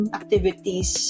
activities